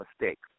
mistakes